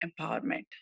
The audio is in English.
empowerment